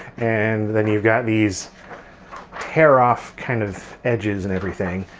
and then you've got these tear-off kind of edges and everything.